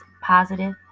positive